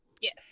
Yes